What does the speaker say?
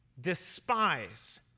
despise